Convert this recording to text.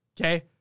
Okay